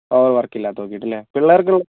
work ഇല്ലാത്ത നോക്കിയിട്ട് ഇല്ലെ പിള്ളേർക്കോ